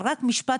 אבל רק משפט,